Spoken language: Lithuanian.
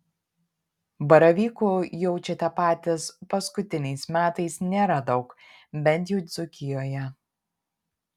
baravykų jaučiate patys paskutiniais metais nėra daug bent jau dzūkijoje